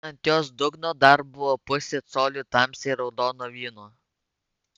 ant jos dugno dar buvo pusė colio tamsiai raudono vyno